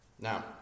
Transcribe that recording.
Now